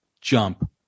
Jump